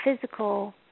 physical